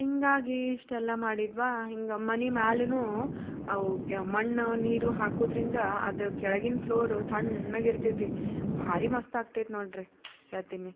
ಹೀಗಾಗಿ ಇಷ್ಟೆಲ್ಲ ಮಾಡಿದ್ವ ಹಿಂಗೆ ಮನೆ ಮೇಲೇನು ಅವಕ್ಕೆ ಮಣ್ಣು ನೀರು ಹಾಕೋದ್ರಿಂದ ಅದು ಕೆಳ್ಗಿನ ಫ್ಲೋರು ತಣ್ಣಗೆ ಇರ್ತೈತಿ ಭಾರಿ ಮಸ್ತ್ ಆಕ್ತೈತಿ ನೋಡಿರಿ ಹೇಳ್ತೀನಿ